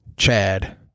Chad